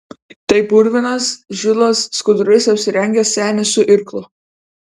tai purvinas žilas skudurais apsirengęs senis su irklu